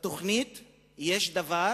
בתוכנית יש דבר